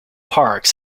parks